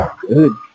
good